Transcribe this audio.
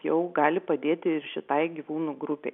jau gali padėti ir šitai gyvūnų grupei